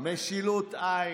משילות אין,